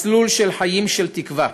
מסלול של חיים, של תקווה.